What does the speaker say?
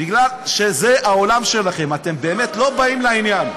כי זה העולם שלכם, אתם באמת לא באים לעניין.